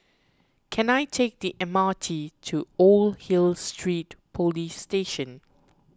can I take the M R T to Old Hill Street Police Station